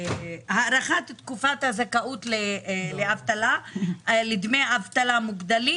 הארכת תקופת הזכאות לדמי אבטלה מוגדלים.